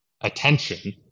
attention